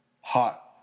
hot